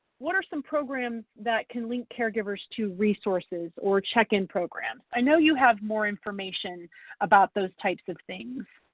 what are some programs that can link caregivers to resources or check-in programs? i know you have more information about those types of things.